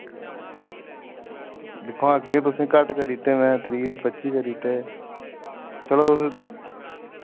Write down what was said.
दिक्खोआं अग्गे तुसें घट्ट करी दित्ते मैं त्री दे पच्ची करी दित्ते चलो तुस